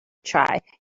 try